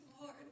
Lord